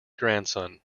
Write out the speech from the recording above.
grandson